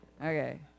Okay